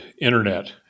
internet